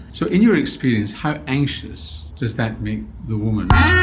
so in your experience, how anxious does that make the woman,